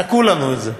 תקעו לנו את זה,